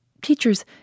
Teachers